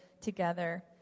together